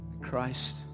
Christ